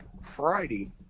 Friday